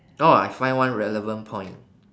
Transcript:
oh I find one relevant point